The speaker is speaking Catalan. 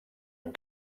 amb